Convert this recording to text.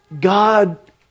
God